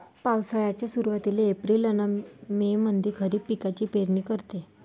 पावसाळ्याच्या सुरुवातीले एप्रिल अन मे मंधी खरीप पिकाची पेरनी करते